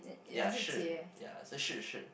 ya shi ya shi shi